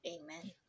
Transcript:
Amen